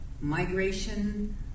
migration